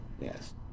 yes